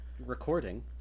recording